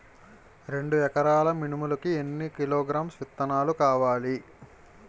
రెండు ఎకరాల మినుములు కి ఎన్ని కిలోగ్రామ్స్ విత్తనాలు కావలి?